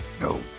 no